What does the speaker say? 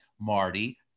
Marty